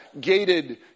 gated